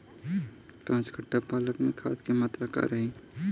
पाँच कट्ठा पालक में खाद के मात्रा का रही?